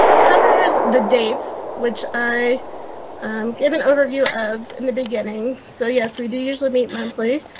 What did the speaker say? covers the dates which i give an overview of in the beginning. so yes, we do usually meet monthly.